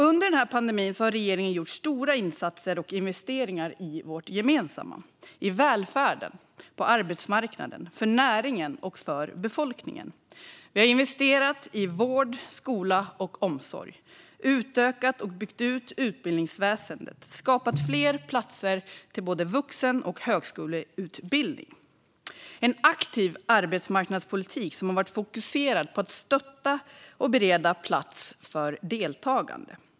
Under pandemin har regeringen gjort stora insatser och investeringar i vårt gemensamma - i välfärden, på arbetsmarknaden, för näringen och för befolkningen. Vi har investerat i vård, skola och omsorg, utökat och byggt ut utbildningsväsendet och skapat fler platser till både vuxen och högskoleutbildning. Vi har drivit en aktiv arbetsmarknadspolitik som har varit fokuserad på att stötta och bereda plats för deltagande.